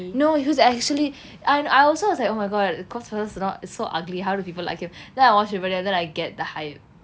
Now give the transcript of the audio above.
no he was actually I I also was like oh my god cole sprouse is not so is so ugly how do people like him then I watched riverdale than I get the hype